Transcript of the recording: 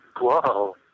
Whoa